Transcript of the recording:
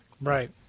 Right